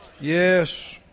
Yes